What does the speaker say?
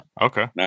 Okay